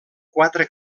quatre